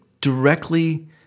directly